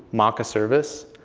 mock a service,